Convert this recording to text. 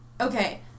Okay